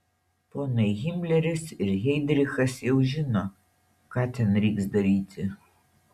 ponai himleris ir heidrichas jau žino ką ten reiks daryti